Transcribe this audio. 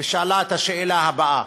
ושאלה את השאלה הבאה: